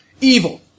Evil